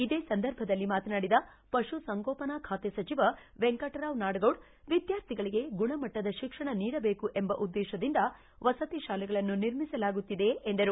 ಇದೇ ಸಂದರ್ಭದಲ್ಲಿ ಮಾತನಾಡಿದ ಪಶುಸಂಗೋಪನಾ ಖಾತೆ ಸಚಿವ ವೆಂಕಟರಾವ್ ನಾಡಗೌಡ ವಿದ್ಯಾರ್ಥಿಗಳಿಗೆ ಗುಣಮಟ್ಟದ ಶಿಕ್ಷಣ ನೀಡಬೇಕು ಎಂಬ ಉದ್ದೇಶದಿಂದ ವಸತಿ ಶಾಲೆಗಳನ್ನು ನಿರ್ಮಿಸಲಾಗುತ್ತಿದೆ ಎಂದರು